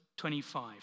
25